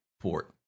port